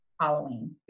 Halloween